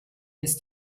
ist